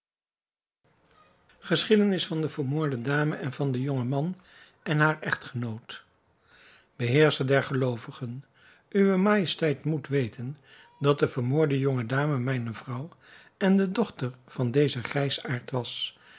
geschiedenis van de vermoorde dame en van den jongen man haar echtgenoot beheerscher der geloovigen uwe majesteit moet weten dat de vermoorde jonge dame mijne vrouw en de dochter van dezen grijsaard was